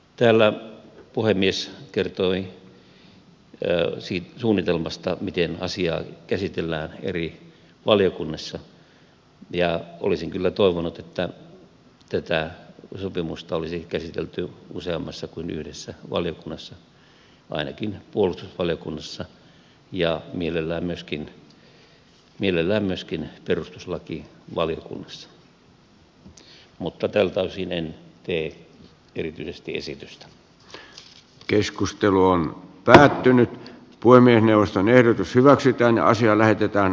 täällä puhemies kertoi suunnitelmasta miten asiaa käsitellään eri valiokunnissa ja olisin kyllä toivonut että tätä sopimusta olisi käsitelty useammassa kuin yhdessä valiokunnassa ainakin puolustusvaliokunnassa ja mielellään myöskin perustuslakivaliokunnassa mutta tältä osin en tee erityisesti esitystä keskustelu on päättynyt puhemiesneuvoston ehdotus hyväksytään asia lähetetään